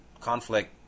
conflict